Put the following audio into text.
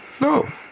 No